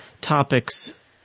topics